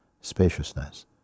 spaciousness